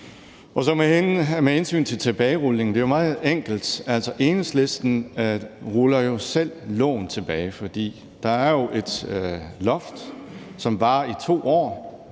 Med hensyn til tilbagerulning er det jo meget enkelt: Enhedslisten ruller jo selv loven tilbage, for der er jo et loft, som varer i 2 år.